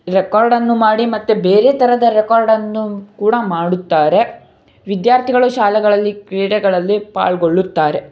ರೆಕಾರ್ಡನ್ನು ಮಾಡಿ ಮತ್ತೆ ಬೇರೆ ಥರದ ರೆಕಾರ್ಡನ್ನು ಕೂಡ ಮಾಡುತ್ತಾರೆ ವಿದ್ಯಾರ್ಥಿಗಳು ಶಾಲೆಗಳಲ್ಲಿ ಕ್ರೀಡೆಗಳಲ್ಲಿ ಪಾಲುಗೊಳ್ಳುತ್ತಾರೆ